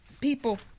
People